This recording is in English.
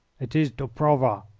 it is dobrova.